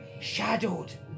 shadowed